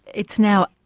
it's now,